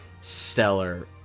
stellar